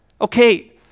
Okay